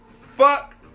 fuck